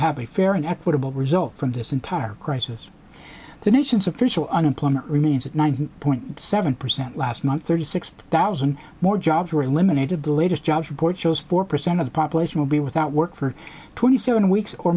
have a fair and equitable result from this entire crisis the nation's official unemployment remains at nine point seven percent last month thirty six thousand more jobs were eliminated the latest jobs report shows four percent of the population will be without work for twenty seven weeks or